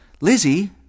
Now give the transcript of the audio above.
Lizzie